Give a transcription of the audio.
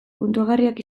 puntuagarriak